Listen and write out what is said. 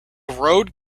road